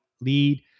lead